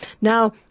Now